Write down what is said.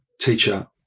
teacher